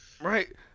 right